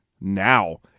now